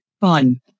fun